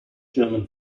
german